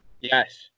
Yes